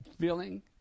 feeling